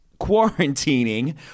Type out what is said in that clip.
quarantining